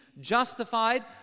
justified